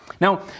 Now